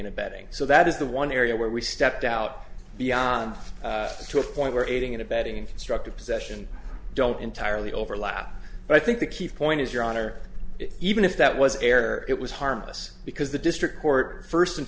and abetting so that is the one area where we stepped out beyond to a point where aiding and abetting in constructive possession don't entirely overlap but i think the key point is your honor even if that was err it was harmless because the district court first and